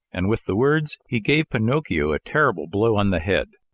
and with the words, he gave pinocchio a terrible blow on the head.